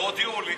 לא הודיעו לי.